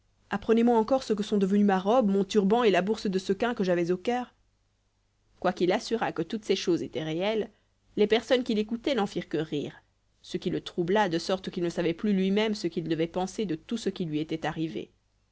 apprenez-moi encore ce que sont devenus ma robe mon turban et la bourse de sequins que j'avais au caire quoiqu'il assurât que toutes ces choses étaient réelles les personnes qui l'écoutaient n'en firent que rire ce qui le troubla de sorte qu'il ne savait plus lui-même ce qu'il devait penser de tout ce qui lui était arrivé